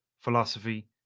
philosophy